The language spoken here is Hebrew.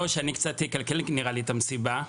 נראה לי שאני קצת אקלקל את המסיבה.